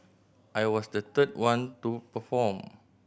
I was the third one to perform